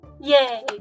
Yay